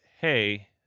hey